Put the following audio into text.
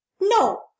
No